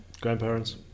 grandparents